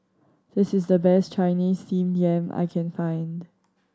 this is the best Chinese Steamed Yam I can find